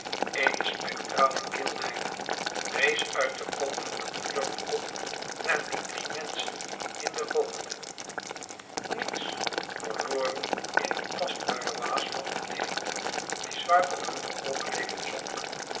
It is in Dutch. eene spectrale kilheid rees uit de kom van het fjord op naar die drie menschen in de hoogte niets verloren in het tastbare waas van den nevel die zwaar op hunne oogleden zonk